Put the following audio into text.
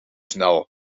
snel